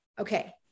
Okay